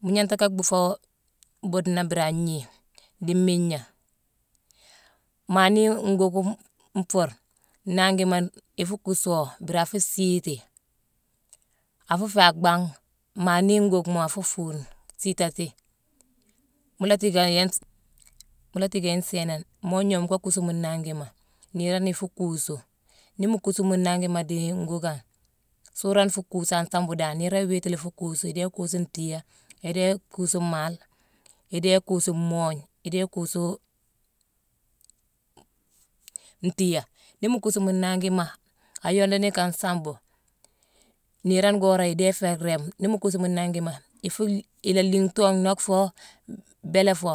mo nhente ka kgbu fo bodna bnur a inhiti di minha, ma ne nhgock mb nfor nangima i fo kusoó nbura dré a fo siti, a fo feé a kgban ma ne nhgockma a fo fun sitate, mo la tige ie tss mo la tige e nsenan mo nhom ko kuso mo nangima neran i fo khusu, ne mo kuso namena de nghockan nsoran fo khusu ansambo fo dan neran wite le fu khusu: ide fo khusu ntiae, ide khusu n'mal, ide khusu monh, ide khusy ntiae ne mo kuso mo nangima a yondene ka nsambo ner gora ide fe grem ne mo kuso mo nangima iff l la lintoó n'nock fo nbele fo